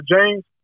james